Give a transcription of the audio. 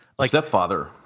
Stepfather